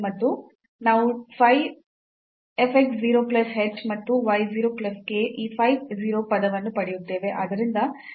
ನಾವು phi f x 0 plus h ಮತ್ತು y 0 plus k ಈ phi 0 ಪದವನ್ನು ಪಡೆಯುತ್ತೇವೆ